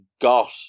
got